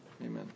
Amen